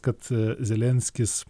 kad zelenskis